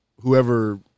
whoever